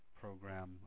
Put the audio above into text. program